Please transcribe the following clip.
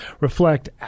Reflect